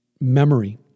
memory